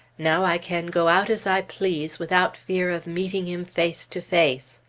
now i can go out as i please, without fear of meeting him face to face.